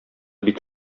бик